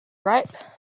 ripe